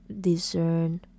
discern